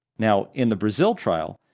now, in the brazil trial,